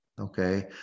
okay